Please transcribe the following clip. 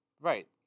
Right